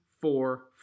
four